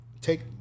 Take